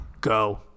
Go